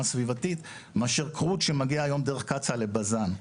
סביבתית מאשר קרוט שמגיע היום דרך קצצ"א לבז"ן.